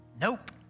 Nope